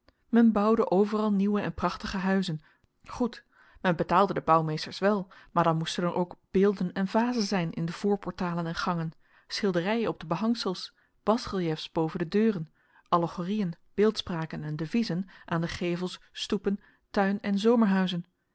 men bouwde overal nieuwe en prachtige huizen goed men betaalde de bouwmeesters wel maar dan moesten er ook beelden en vazen zijn in de voorportalen en gangen schilderijen op de behangsels basreliefs boven de deuren allegoriën beeldspraken en deviezen aan de gevels stoepen tuin en